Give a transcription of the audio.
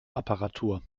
apparatur